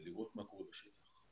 ולראות מה קורה בשטח.